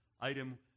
item